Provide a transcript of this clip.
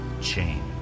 change